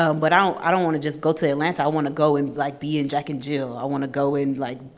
um but i don't i don't wanna just go to atlanta, i wanna go and, like, be in jack and jill i wanna go and, like,